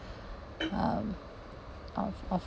um of of